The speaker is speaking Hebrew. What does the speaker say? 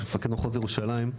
מפקד מחוז ירושלים,